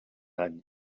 any